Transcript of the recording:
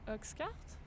Oxcart